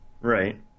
Right